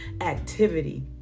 activity